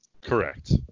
Correct